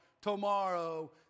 tomorrow